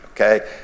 Okay